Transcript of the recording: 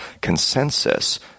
consensus